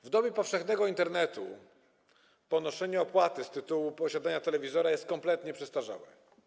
W dobie powszechnego Internetu ponoszenie opłaty z tytułu posiadania telewizora jest kompletnie przestarzałe.